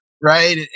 right